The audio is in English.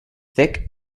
thick